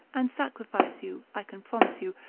and sacrifice you, i can promise you,